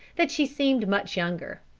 that she seemed much younger.